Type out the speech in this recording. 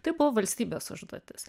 tai buvo valstybės užduotis